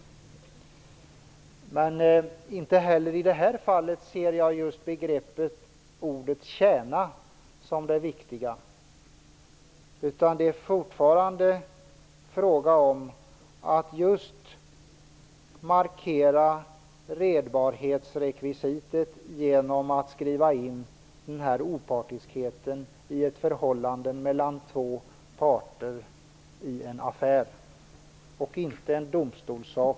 Men inte heller i detta fall ser jag ordet "tjäna" som det viktiga. Det är fortfarande fråga om att just markera redbarhetsrekvisitet genom att skriva in opartiskheten i ett förhållande mellan två parter i en affär - inte en domstolssak.